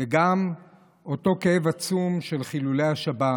וגם אותו כאב עצום על חילולי השבת,